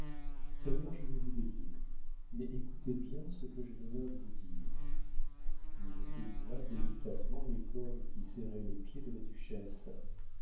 d'ailleurs je vais vous délier mais écoutez bien ce que j'ai l'honneur de vous dire il dénoua délicatement les cordes qui serraient les pieds de la duchesse